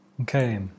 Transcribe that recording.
Okay